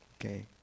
Okay